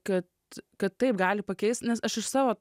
kad kad taip gali pakeist nes aš iš savo